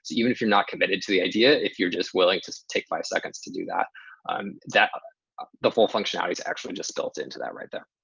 even if you're not committed to the idea, if you're just willing to take five seconds to do that um that but the full functionality's actually just built into that right there.